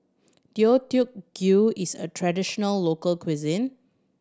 Deodeok Gui is a traditional local cuisine